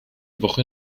woche